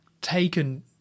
taken